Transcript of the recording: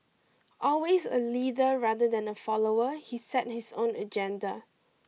always a leader rather than a follower he set his own agenda